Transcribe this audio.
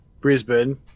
Brisbane